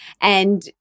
And-